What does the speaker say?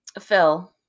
Phil